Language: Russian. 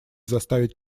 заставить